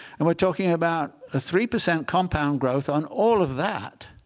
and we're talking about ah three percent compound growth on all of that.